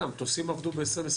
המטוסים עבדו ב-2021.